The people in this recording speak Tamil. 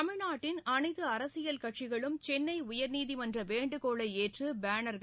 தமிழ்நாட்டின் அனைத்து அரசியல் கட்சிகளும் சென்னை உயா்நீதிமன்றத்தின் வேண்டுகோளை ஏற்று பேனா்கள்